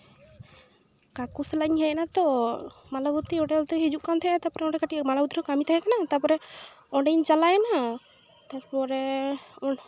ᱠᱟᱠᱩ ᱥᱟᱞᱟᱜ ᱤᱧ ᱦᱮᱡ ᱮᱱᱟ ᱛᱚ ᱢᱟᱞᱟᱵᱚᱛᱤ ᱢᱟᱞᱟᱵᱚᱛᱤ ᱚᱸᱰᱮ ᱚᱱᱛᱮ ᱦᱤᱡᱩᱜ ᱠᱟᱱ ᱛᱟᱦᱮᱸᱜᱼᱟᱭ ᱛᱟᱯᱚᱨᱮ ᱚᱸᱰᱮ ᱠᱟᱹᱴᱤᱡ ᱢᱟᱞᱟᱵᱚᱛᱤ ᱨᱮ ᱠᱟᱹᱢᱤ ᱛᱟᱦᱮᱠᱟᱱᱟ ᱛᱟᱯᱚᱨᱮ ᱚᱸᱰᱮᱧ ᱪᱟᱞᱟᱣᱮᱱᱟ ᱛᱟᱯᱚᱨᱮ